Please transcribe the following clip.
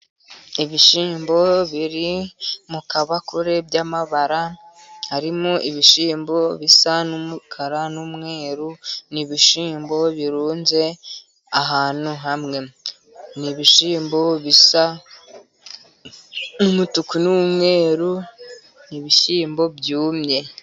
Ibishyimbo biri mu kabakure by'amabara harimo ibishyimbo bisa n'umukara n'umweru, ni ibishyimbo birunze ahantu hamwe ni ibishyimbo bisa n'umutuku n'umweru ibishyimbo byumye.